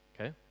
Okay